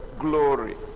Glory